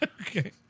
Okay